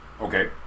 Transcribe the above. Okay